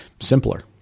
simpler